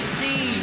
see